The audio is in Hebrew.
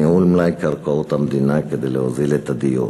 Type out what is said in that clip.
לניהול מלאי קרקעות המדינה כדי להוזיל את הדיור?